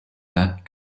that